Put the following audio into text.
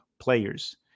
players